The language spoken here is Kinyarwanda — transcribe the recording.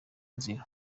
nzira